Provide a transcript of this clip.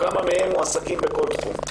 כמה מהם מועסקים בכל תחום,